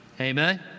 Amen